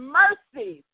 mercy